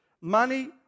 Money